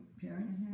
parents